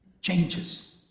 changes